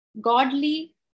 godly